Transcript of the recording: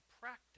practice